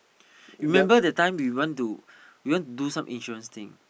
remember that time you want to you want to do some insurance thing